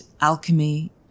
alchemy